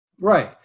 Right